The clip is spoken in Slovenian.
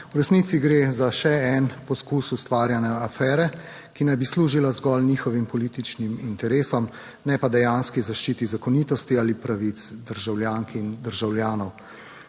V resnici gre za še en poskus ustvarjanja afere, ki naj bi služila zgolj njihovim političnim interesom, ne pa dejanski zaščiti zakonitosti ali pravic državljank in državljanov.